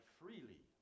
freely